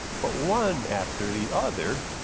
but one after the other,